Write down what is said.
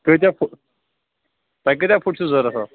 کٲتیٛاہ فُٹ تۄہہِ کأتیٛاہ فُٹ چھِوٕ ضرورت حظ